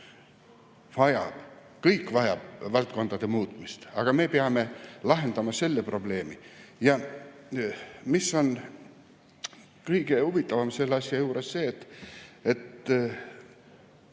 Vajab, kõik vajab valdkondade muutmist, aga me peame lahendama selle probleemi. Kõige huvitavam selle asja juures on see, et